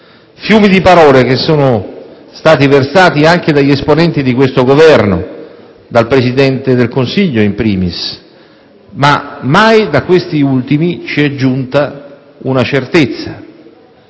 Fiumi di parole che sono stati versati anche dagli esponenti di questo Governo, dal Presidente del Consiglio *in primis*, ma mai da questi ultimi ci è giunta una certezza.